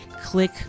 click